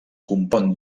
compon